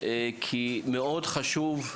כי מאוד חשוב,